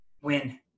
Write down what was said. win